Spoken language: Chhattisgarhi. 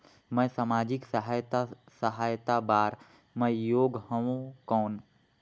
मैं समाजिक सहायता सहायता बार मैं योग हवं कौन?